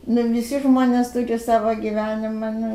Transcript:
na visi žmonės turi savo gyvenimą nu